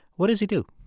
what does he do?